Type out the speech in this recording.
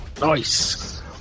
Nice